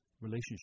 relationship